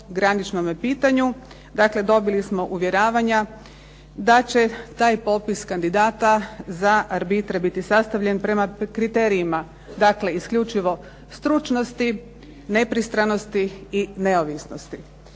dobili smo uvjeravanja da će taj popis kandidata za arbitre biti sastavljen prema kriterijima dakle isključivo stručnosti, nepristranosti i neovisnosti